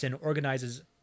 organizes